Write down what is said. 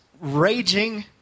raging